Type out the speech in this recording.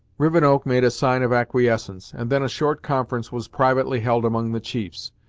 rivenoak made a sign of acquiescence, and then a short conference was privately held among the chiefs.